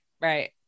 right